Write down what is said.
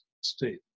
state